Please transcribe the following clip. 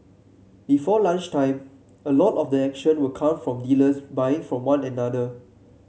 before lunchtime a lot of the action will come from dealers buying from one another